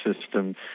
system